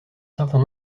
certain